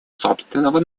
собственного